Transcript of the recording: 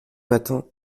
matin